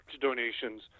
donations